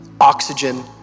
oxygen